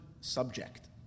subject